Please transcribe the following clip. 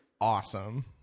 awesome